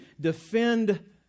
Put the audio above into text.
defend